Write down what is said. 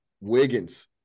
Wiggins